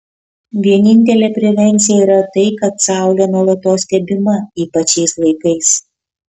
vienintelė prevencija yra tai kad saulė nuolatos stebima ypač šiais laikais